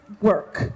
work